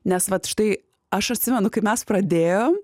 nes vat štai aš atsimenu kai mes pradėjom